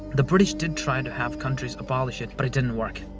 the british did try and to have countries abolish it but it didn't work.